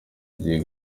bigiye